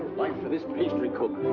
life for this pastry cook?